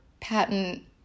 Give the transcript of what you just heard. patent